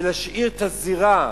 ונשאיר את הזירה